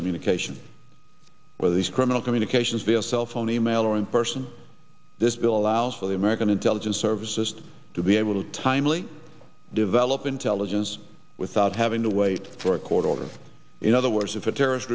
communication whether these criminal communications via cell phone e mail or in person this bill allows for the american intelligence services to be able to timely develop intelligence without having to wait for a court order in other words if a terrorist